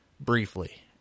briefly